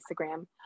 Instagram